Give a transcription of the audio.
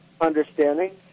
understanding